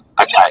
Okay